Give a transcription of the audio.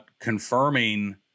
confirming